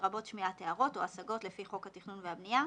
לרבות שמיעת הערות או השגות לפי חוק התכנון והבנייה,